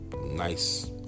Nice